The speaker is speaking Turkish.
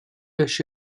beş